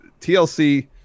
TLC